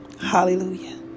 Hallelujah